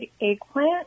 eggplant